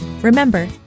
Remember